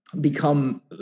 become